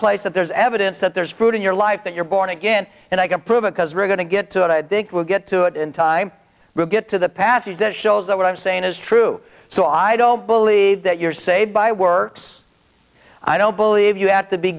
place that there's evidence that there's fruit in your life that you're born again and i can prove it because we're going to get to it i think we'll get to it in time we'll get to the passage that shows that what i'm saying is true so i don't believe that you're saved by works i don't believe you have to be